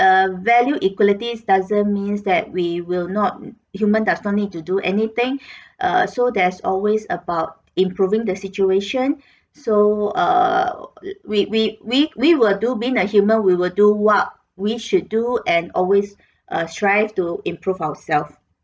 uh value equalities doesn't means that we will not human does not need to do anything err so there's always about improving the situation so err we we we we will do being a human we will do what we should do and always uh strive to improve ourselves